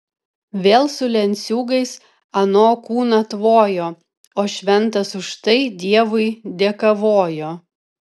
vėl su lenciūgais ano kūną tvojo o šventas už tai dievui dėkavojo